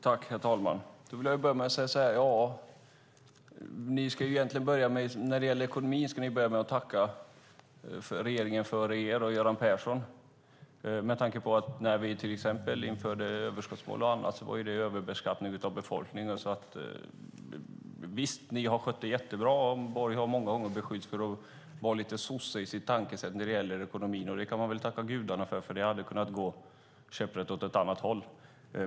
Herr talman! Jag vill först säga så här: När det gäller ekonomin ska ni börja med att tacka regeringen före er och Göran Persson. När vi till exempel införde överskottsmål och annat var det överbeskattning av befolkningen. Visst, ni har skött det jättebra. Borg har många gånger beskyllts för att vara lite sosse i sitt tankesätt när det gäller ekonomin, och det kan man väl tacka gudarna för - det hade kunnat gå käpprätt åt ett annat håll.